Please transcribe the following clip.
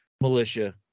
militia